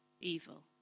evil